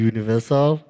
Universal